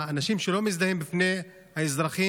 אנשים שלא מזדהים בפני האזרחים,